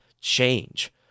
change